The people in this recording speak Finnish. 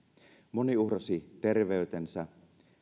moni uhrasi terveytensä